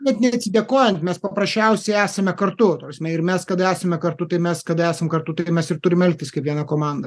net ne atsidėkojant mes paprasčiausiai esame kartu ta prasme ir mes kada esame kartu tai mes kada esam kartu tai mes ir turim elgtis kaip viena komanda